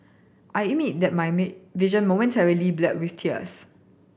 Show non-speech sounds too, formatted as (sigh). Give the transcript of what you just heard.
I (unintelligible) that my (unintelligible) vision momentarily blurred with tears